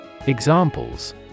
Examples